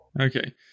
okay